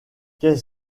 qu’est